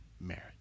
merit